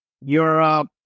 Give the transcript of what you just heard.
Europe